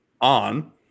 on